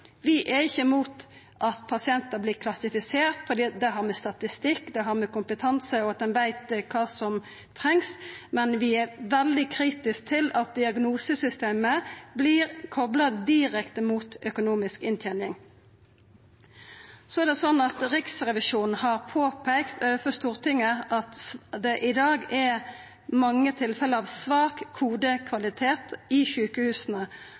Vi er ikkje imot at pasientar vert klassifiserte, for vi har statistikk og kompetanse, og vi veit kva som trengst. Men vi er veldig kritiske til at diagnosesystemet vert kopla direkte mot økonomisk inntening. Riksrevisjonen har påpeikt overfor Stortinget at det i dag er mange tilfelle av svak kodekvalitet i sjukehusa,